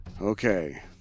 Okay